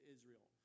Israel